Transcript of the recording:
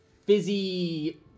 fizzy